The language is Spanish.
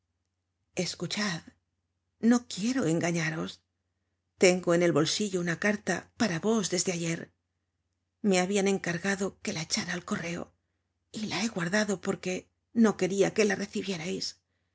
escuchad no quiero engañaros tengo en el bolsillo una carta para vos desde ayer me habian encargado que la echara al correo y la he guardado porque no queria que la recibiérais